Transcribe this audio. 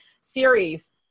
Series